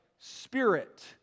spirit